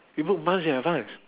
we book months in advance